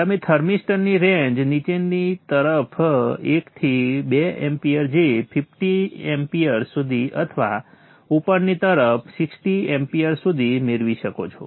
તમે થર્મિસ્ટર્સની રેન્જ નીચેની તરફ 1 થી 2 amp જે 50 amps સુધી અથવા ઉપરની તરફ 60 amps સુધી મેળવી શકો છો